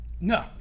no